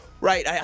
Right